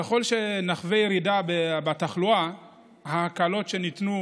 ככל שנחווה ירידה בתחלואה, ההקלות שניתנו